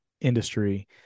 industry